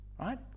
right